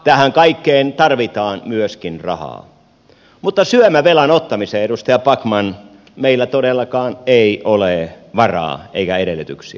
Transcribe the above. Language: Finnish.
tähän kaikkeen tarvitaan myöskin rahaa mutta syömävelan ottamiseen edustaja backman meillä todellakaan ei ole varaa eikä edellytyksiä